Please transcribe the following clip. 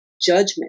judgment